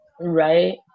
Right